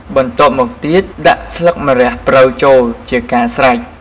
បន្ទាប់មកទៀតដាក់ស្លឹកម្រះព្រៅចូល ជាការស្រេច។